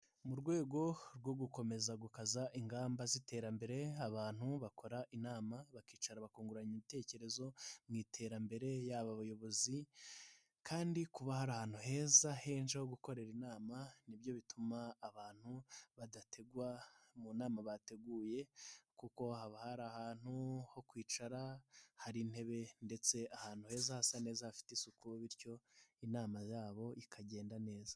Mu rwego rwo gukomeza gukaza ingamba z'iterambere, abantu bakora inama bakicara bakungurana ibitekerezo mu iterambere, yaba abayobozi kandi kuba hari ahantu heza henshi ho gukorera inama, nibyo bituma abantu badategwa mu nama bateguye kuko haba hari ahantu ho kwicara, hari intebe ndetse ahantu heza hasa neza hafite isuku bityo inama yabo ikagenda neza.